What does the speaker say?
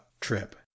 trip